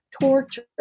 torture